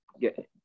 get